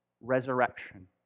resurrection